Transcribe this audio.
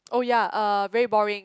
oh ya uh very boring